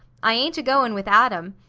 i ain't a-goin' with adam.